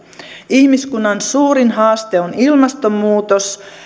ihmiskunnan suurin haaste on ilmastonmuutos